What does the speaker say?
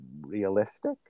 realistic